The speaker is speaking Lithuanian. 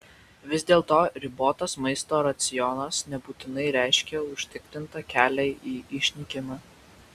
vis dėlto ribotas maisto racionas nebūtinai reiškia užtikrintą kelią į išnykimą